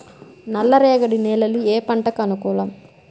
నల్ల రేగడి నేలలు ఏ పంటకు అనుకూలం?